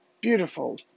beautiful